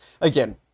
Again